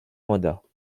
mandat